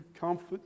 comfort